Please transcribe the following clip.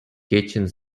catching